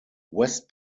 west